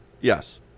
Yes